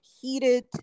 heated